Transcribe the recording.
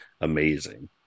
amazing